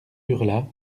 hurla